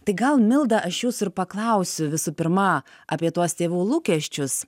tai gal milda aš jūsų ir paklausiu visų pirma apie tuos tėvų lūkesčius